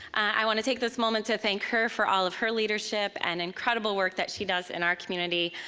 i wanna take this moment to thank her for all of her leadership and incredible work that she does in our community,